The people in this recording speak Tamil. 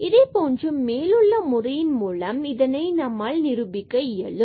இதேபோன்று மேலுள்ள முறையின் மூலம் நம்மால் இதனை நிரூபிக்க இயலும்